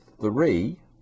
three